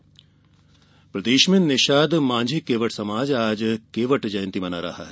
निषाद जयंती प्रदेश में निषाद मांझी केवट समाज आज केवट जंयती मना रहा है